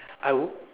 I would